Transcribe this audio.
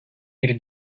bir